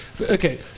Okay